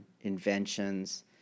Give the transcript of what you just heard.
inventions